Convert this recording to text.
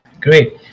Great